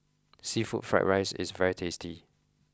seafood fried rice is very tasty